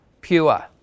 pure